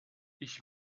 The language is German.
ich